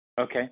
Okay